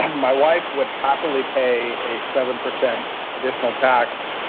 my wife would happily pay a seven percent additional tax,